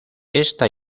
esta